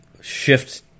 shift